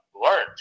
learned